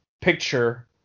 picture